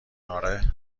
آره